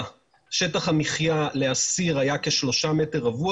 שטח המחיה לאסיר היה כשלושה מטר רבוע.